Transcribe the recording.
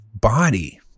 body